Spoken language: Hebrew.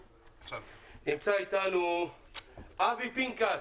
נמצא אתנו ב-זום אבי פנקס.